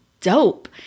dope